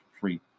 free